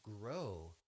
grow